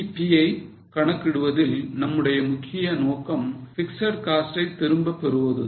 BEP ஐ கணக்கிடுவதில் நம்முடைய முக்கிய நோக்கம் பிக்ஸட் காஸ்ட் ஐ திரும்ப பெறுவது தான்